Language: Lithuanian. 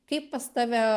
kaip pas tave